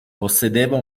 possedeva